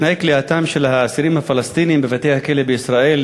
תנאי כליאתם של האסירים הפלסטינים בבתי-הכלא בישראל,